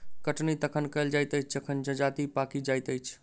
कटनी तखन कयल जाइत अछि जखन जजति पाकि जाइत अछि